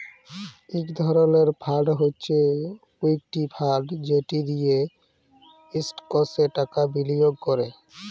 ইক ধরলের ফাল্ড হছে ইকুইটি ফাল্ড যেট দিঁয়ে ইস্টকসে টাকা বিলিয়গ ক্যরে